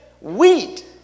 wheat